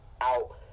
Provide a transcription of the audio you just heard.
out